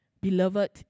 beloved